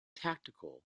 tactical